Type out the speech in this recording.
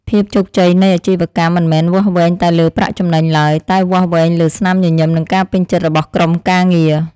ភាពជោគជ័យនៃអាជីវកម្មមិនមែនវាស់វែងតែលើប្រាក់ចំណេញឡើយ តែវាស់វែងលើស្នាមញញឹមនិងការពេញចិត្តរបស់ក្រុមការងារ។